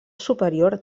superior